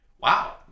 wow